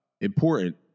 important